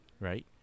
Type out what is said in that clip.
right